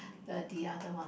the the other one